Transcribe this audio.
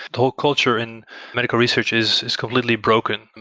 the whole culture in medical research is is completely broken.